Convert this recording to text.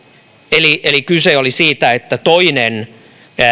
eli eli kyse oli siitä että toinen